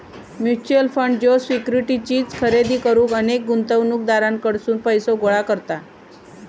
mutual fund ज्यो securities खरेदी करुक अनेक गुंतवणूकदारांकडसून पैसो गोळा करता